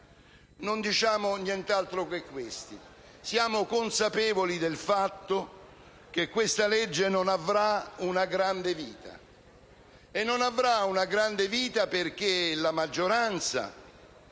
Non diciamo nient'altro che questo. Siamo consapevoli del fatto che questa legge non avrà una grande vita, perché la maggioranza